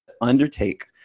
undertake